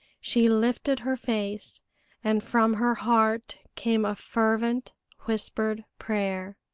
she lifted her face and from her heart came a fervent, whispered prayer.